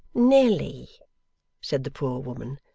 nelly said the poor woman,